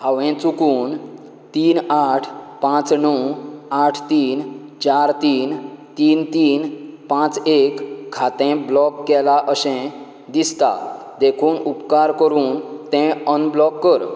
हांवें चुकून तीन आठ पांच णव आठ तीन चार तीन तीन तीन पांच एक खातें ब्लॉक केलां अशें दिसता देखून उपकार करून तें अनब्लॉक कर